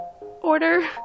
order